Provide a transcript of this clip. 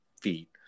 feet